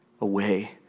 away